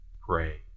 pray